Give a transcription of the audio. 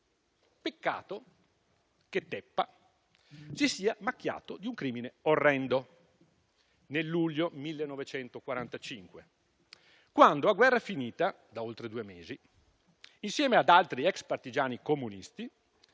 Peccato che Teppa si sia macchiato di un crimine orrendo, nel luglio 1945, quando, a guerra finita da oltre due mesi, insieme ad altri *ex* partigiani comunisti,